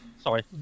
Sorry